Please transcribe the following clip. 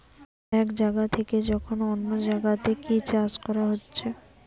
এক জাগা থিকে যখন অন্য জাগাতে কি চাষ কোরা হচ্ছে